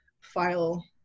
file